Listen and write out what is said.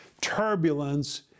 turbulence